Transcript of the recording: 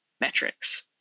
metrics